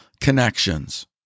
connections